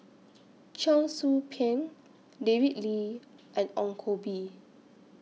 Cheong Soo Pieng David Lee and Ong Koh Bee